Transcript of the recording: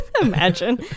imagine